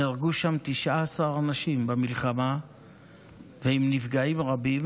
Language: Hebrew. נהרגו שם 19 אנשים במלחמה ויש נפגעים רבים,